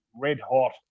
red-hot